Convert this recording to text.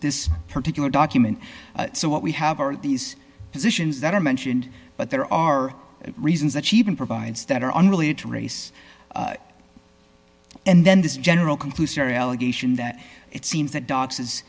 this particular document so what we have are these positions that are mentioned but there are reasons that she even provides that are unrelated to race and then this general conclusory allegation that it seems that dogs is